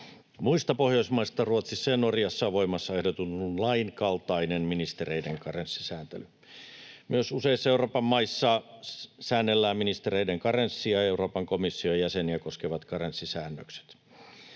Muista Pohjoismaista Ruotsissa ja Norjassa on voimassa ehdotetun lain kaltainen ministereiden karenssisääntely. Myös useissa Euroopan maissa säännellään ministereiden karenssia ja Euroopan komission jäseniä koskevat karenssisäännökset.